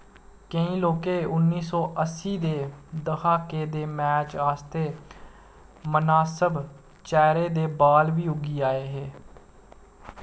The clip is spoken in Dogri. केईं लोकें उन्नी सौ अस्सी दे द्हाके दे मैच आस्तै मनासब चैह्रे दे बाल बी उग्गी आए हे